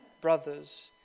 brothers